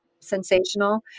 sensational